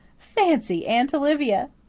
fancy aunt olivia!